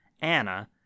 anna